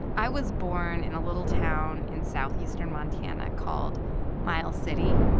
i was born in a little town in southeastern montana called miles city.